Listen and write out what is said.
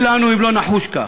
ואוי לנו אם לא נחוש כך,